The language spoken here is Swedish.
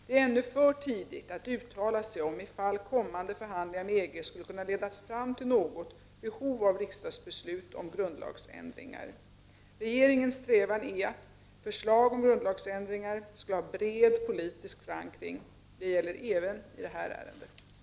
Det är ännu för tidigt att uttala sig om ifall kommande förhandlingar med EG skulle kunna leda fram till något behov av riksdagsbeslut om grundlagsändringar. Regeringens strävan är att förslag om grundlagsändringar skall ha bred politisk förankring. Det gäller även i detta ärende. Då Per Gahrton.